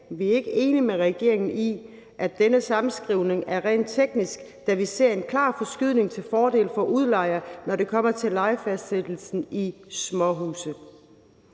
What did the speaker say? vi er ikke enige med regeringen i, at denne sammenskrivning er rent teknisk, da vi ser en klar forskydning til fordel for udlejer, når det kommer til lejefastsættelsen i småhuse.